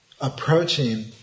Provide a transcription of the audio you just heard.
approaching